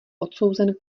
odsouzen